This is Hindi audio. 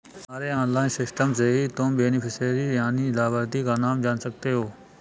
तुम्हारे ऑनलाइन सिस्टम से ही तुम बेनिफिशियरी यानि लाभार्थी का नाम जान सकते हो